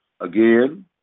again